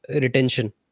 retention